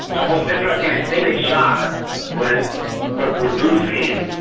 i was like in a state of shock but ah but with good feelings.